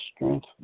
strength